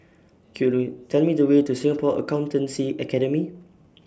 Could YOU Tell Me The Way to Singapore Accountancy Academy